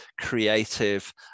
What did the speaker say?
creative